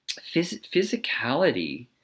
physicality